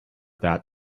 that